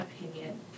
opinion